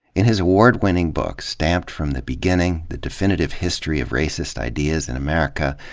in his award-winn ing book, stamped from the beginning the defin itive history of racist ideas in america,